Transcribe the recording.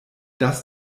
das